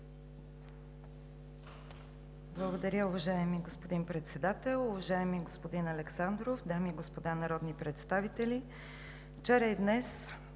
Благодаря, уважаеми господин Председател. Уважаеми господин Александров, дами и господа народни представители, вчера и днес